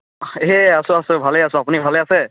এই আছো আছো ভালেই আছো আপুনি ভালে আছে